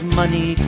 money